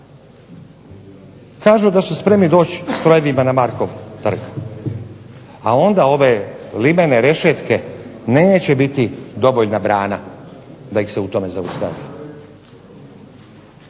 ne razumije./... na Markov trg. A onda ove limene rešetke neće biti dovoljna brana da ih se u tome zaustavi.